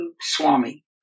Swami